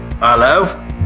Hello